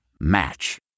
Match